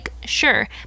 sure